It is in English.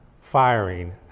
firing